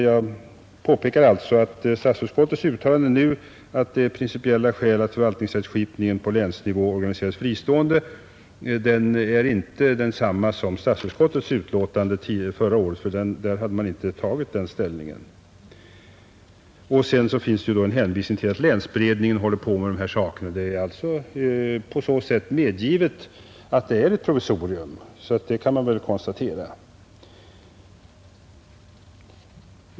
Jag påpekar bara att civilutskottets uttalande nu att det är av principiella skäl som förvaltningsrättskipningen på länsnivå organiseras fristående inte är detsamma som statsutskottets uttalande förra året. Där hade man inte tagit den ställningen definitivt. Det finns en hänvisning till att länsberedningen håller på med dessa saker. Därmed har medgivits att det är fråga om ett provisorium, och det kan jag då konstatera.